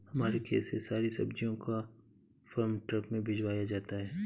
हमारे खेत से सारी सब्जियों को फार्म ट्रक में भिजवाया जाता है